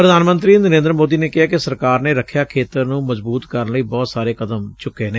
ਪ੍ਧਾਨ ਮੰਤਰੀ ਨਰੇਂਦਰ ਮੋਦੀ ਨੇ ਕਿਹੈ ਕਿ ਸਰਕਾਰ ਨੇ ਰਖਿਆ ਖੇਤਰ ਨੂੰ ਮਜ਼ਬੂਤ ਕਰਨ ਲਈ ਬਹੁਤ ਸਾਰੇ ਕਦਮ ਚੁੱਕੇ ਨੇ